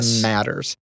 matters